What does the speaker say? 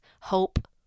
hope